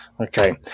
Okay